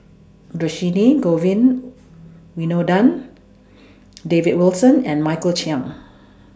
Dhershini Govin Winodan David Wilson and Michael Chiang